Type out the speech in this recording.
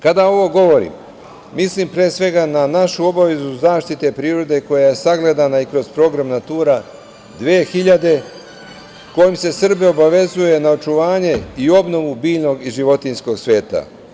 Kada ovo govorim, mislim pre svega na našu obavezu zaštite prirode koja je sagledana i kroz program „Natura 2000“, kojim se Srbija obavezuje na očuvanju i obnovu biljnog i životinjskog sveta.